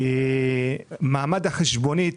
מעמד החשבונית